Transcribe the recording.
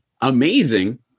amazing